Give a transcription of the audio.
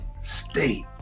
state